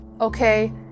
okay